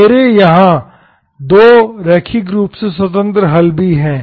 मेरे यहां दो रैखिक रूप से स्वतंत्र हल भी हैं